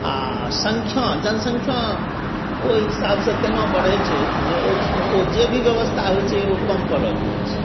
आ सँख्या जनसँख्या ओहि हिसाबसण तेना बढ़ै छै जे कि ओ जे भी व्यवस्था होइत छै ओ कम पड़ल जाइत छै